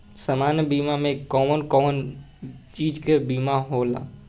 सामान्य बीमा में कवन कवन चीज के बीमा होला?